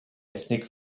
ethnic